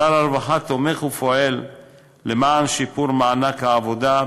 שר הרווחה תומך ופועל לשיפור מענק העבודה,